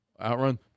OutRun